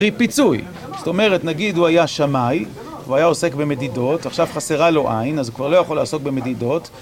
היא פיצוי, זאת אומרת נגיד הוא היה שמי, הוא היה עוסק במדידות, עכשיו חסרה לו עין אז הוא כבר לא יכול לעסוק במדידות